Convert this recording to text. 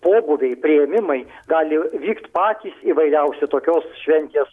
pobūviai priėmimai gali vykt patys įvairiausi tokios šventės